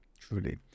truly